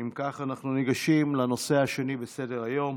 אם כך, אנחנו ניגשים לנושא השני בסדר-היום,